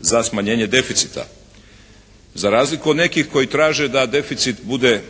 za smanjenje deficita. Za razliku od nekih koji traže da deficit bude